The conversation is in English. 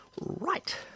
Right